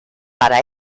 para